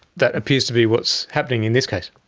that appears to be what's happening in this case.